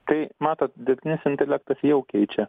tai matot dirbtinis intelektas jau keičia